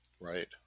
Right